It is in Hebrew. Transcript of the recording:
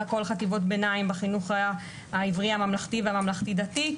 הכול 580 חטיבות ביניים בחינוך העברי הממלכתי והממלכתי-דתי,